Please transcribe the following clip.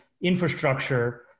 infrastructure